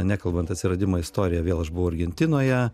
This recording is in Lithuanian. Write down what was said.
nekalbant atsiradimo istorija vėl aš buvau argentinoje